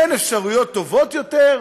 אין אפשרויות טובות יותר?